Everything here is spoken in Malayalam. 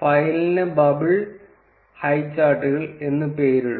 ഫയലിന് ബബിൾ ഹൈചാർട്ടുകൾ എന്ന് പേരിടും